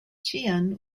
tian